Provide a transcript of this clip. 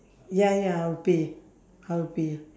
ya ya I'll pay I'll pay